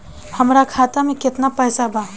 हमरा खाता मे केतना पैसा बा?